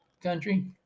country